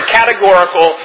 categorical